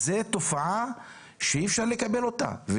זאת תופעה שאי אפשר לקבל אותה.